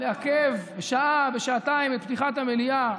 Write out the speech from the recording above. לעכב בשעה, בשעתיים, את פתיחת המליאה.